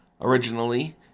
Originally